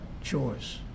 choice